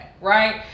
right